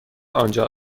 آنجا